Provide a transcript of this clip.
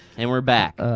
and we're back.